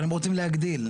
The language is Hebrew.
אבל הם רוצים להגדיל.